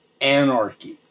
anarchy